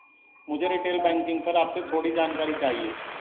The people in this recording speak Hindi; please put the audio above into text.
मुझे रीटेल बैंकिंग पर आपसे थोड़ी जानकारी चाहिए